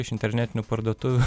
iš internetinių parduotuvių